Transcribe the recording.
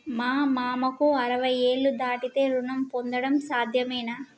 మా మామకు అరవై ఏళ్లు దాటితే రుణం పొందడం సాధ్యమేనా?